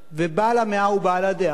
ובעל המאה הוא בעל הדעה,